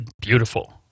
beautiful